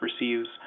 receives